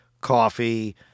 coffee